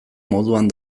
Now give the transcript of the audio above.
moduan